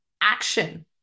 action